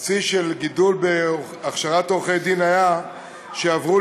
השיא של גידול בהכשרת עורכי-הדין היה כשעברו